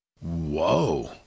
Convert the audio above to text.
whoa